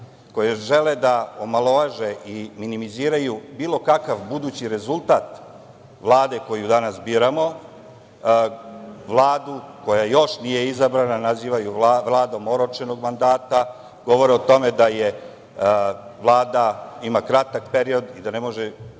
koji žele da omalovaže i minimiziraju bilo kakav budući rezultat Vlade koju danas biramo, Vladu koja još nije izabrana nazivaju vladom oročenog mandata, govore o tome da vlada ima kratak period i da ne može